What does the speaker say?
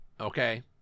okay